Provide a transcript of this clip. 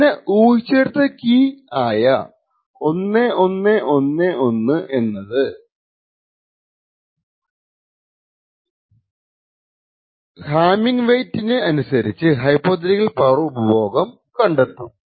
പിന്നെ ഊഹിച്ച കീ ആയ 1111 ന് ഉപയോഗിച്ച C കണ്ടുപിടിച്ചു ഹാമ്മിങ് വെയിറ്റിന് അനുസരിച്ചു ഹൈപോതെറ്റിക്കൽ പവർ ഉപഭോഗം കണ്ടെത്തും